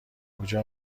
کجا